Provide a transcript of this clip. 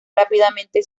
rápidamente